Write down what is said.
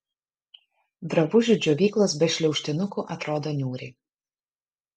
drabužių džiovyklos be šliaužtinukų atrodo niūriai